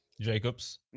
Jacobs